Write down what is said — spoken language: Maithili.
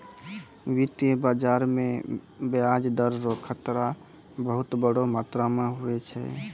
वित्तीय बाजार मे ब्याज दर रो खतरा बहुत बड़ो मात्रा मे हुवै छै